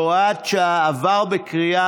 (הוראת שעה), התשפ"ב